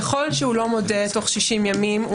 ככל שהוא לא מודה תוך 60 ימים,